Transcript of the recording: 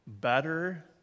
better